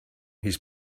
his